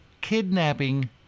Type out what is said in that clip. kidnapping